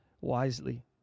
wisely